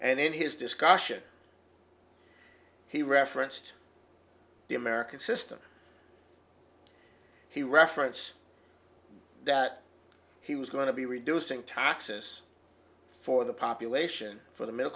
and in his discussion he referenced the american system he reference that he was going to be reducing taxes for the population for the middle